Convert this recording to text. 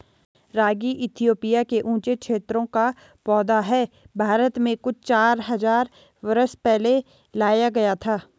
रागी Ethiopia के ऊँचे क्षेत्रों का पौधा है भारत में कुछ चार हज़ार बरस पहले लाया गया था